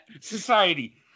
society